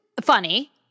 funny